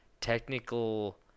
technical